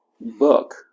book